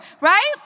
right